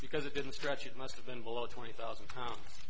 because it didn't stretch it must have been below twenty thousand pounds